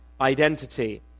identity